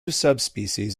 subspecies